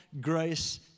grace